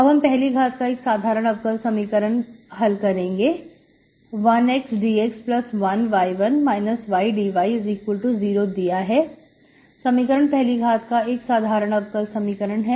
अब हम पहली घात का एक साधारण अवकल समीकरण हल करेंगे 1xdx1y1 ydy0 दिया गया समीकरण पहली घात का एक साधारण अवकल समीकरण है